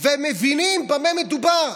ומבינים במה מדובר.